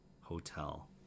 hotel